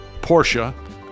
Porsche